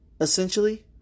essentially